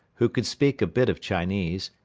who could speak a bit of chinese,